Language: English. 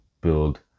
build